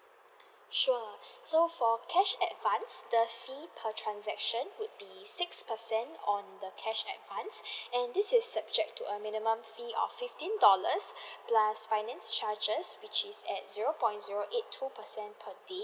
sure so for cash advance the fee per transaction would be six percent on the cash advance and this is subject to a minimum fee of fifteen dollars plus finance charges which is at zero point zero eight two percent per day